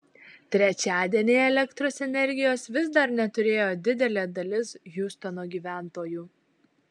trečiadienį elektros energijos vis dar neturėjo didelė dalis hiūstono gyventojų